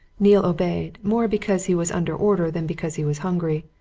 neale obeyed more because he was under order than because he was hungry.